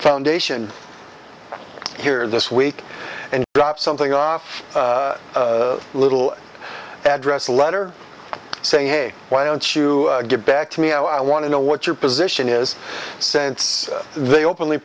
foundation here this week and drop something off a little address a letter saying hey why don't you get back to me i want to know what your position is sense they openly